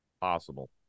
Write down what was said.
Possible